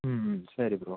ம் ம் சரி ப்ரோ